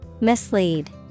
Mislead